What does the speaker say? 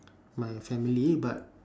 my family but